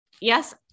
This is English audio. Yes